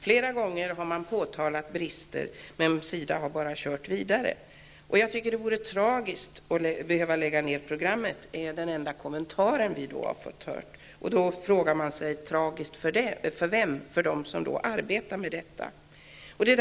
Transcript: Flera gånger har brister påtalats, men SIDA har bara kört vidare. Jag tycker att det vore tragiskt om man skulle behöva lägga ner programmet. Ja, det är den enda kommentar som vi har hört. Då kan man fråga sig för vem det vore tragiskt -- för dem som arbetar med detta eller för vilka?